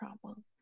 problem